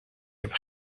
heb